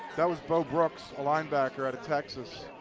that was bo brooks, a linebacker out of texas.